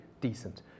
decent